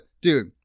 Dude